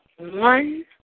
one